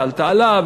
ועל תעלה,